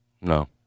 no